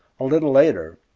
a little later,